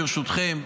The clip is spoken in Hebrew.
ברשותכם,